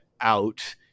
Out